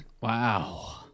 Wow